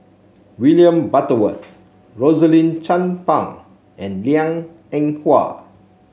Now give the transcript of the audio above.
William Butterworth Rosaline Chan Pang and Liang Eng Hwa